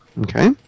okay